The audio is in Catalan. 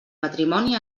matrimoni